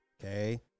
okay